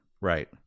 right